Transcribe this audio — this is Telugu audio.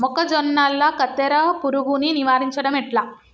మొక్కజొన్నల కత్తెర పురుగుని నివారించడం ఎట్లా?